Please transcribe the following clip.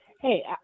Hey